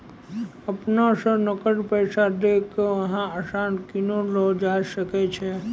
अपना स नकद पैसा दै क यहां सामान कीनलो जा सकय छै